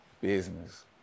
business